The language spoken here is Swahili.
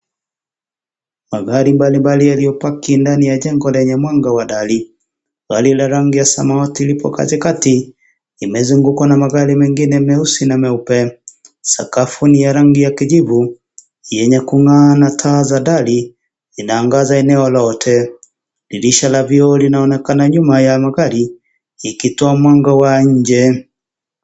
Magari mbalimbali yaliyopaki ndani ya jengo lenye mwanga wa dari. Gari la rangi ya samawati liko katikati, limezungukwa na magari mengine meusi na meupe. Sakafu ni ya rangi ya kijivu yenye kung'aa na taa za dari inaangaza eneo lote. Dirisha la nyuma linaonekana nyuma ya gari likitoa mwanga wa nje.